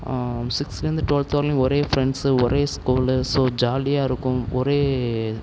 சிக்ஸ்த்துலேர்ந்து twelfth வரையிலும் ஒரே friends ஒரே ஸ்கூலு ஸோ ஜாலியாக இருக்கும் ஒரே